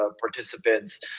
participants